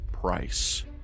price